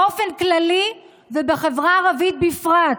באופן כללי ובחברה הערבית בפרט,